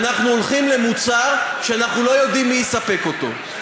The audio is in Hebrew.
אנחנו הולכים למוצר שאנחנו לא יודעים מי יספק אותו.